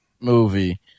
movie